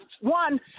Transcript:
one